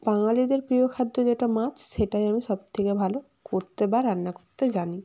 বাঙালিদের প্রিয় খাদ্য যেটা মাছ সেটাই আমি সবথেকে ভালো করতে বা রান্না করতে জানি